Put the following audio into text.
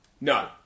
No